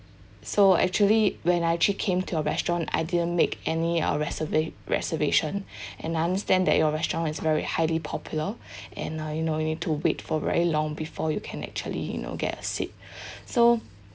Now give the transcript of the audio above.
so actually when I actually came to your restaurant I didn't make any uh reserva~ reservation and I understand that your restaurant is very highly popular and ah you know you need to wait for very long before you can actually you know get a seat so